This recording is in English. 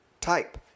type